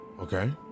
Okay